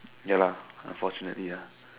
ya lah unfortunately ah